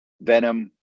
venom